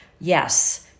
yes